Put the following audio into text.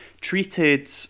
treated